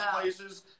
places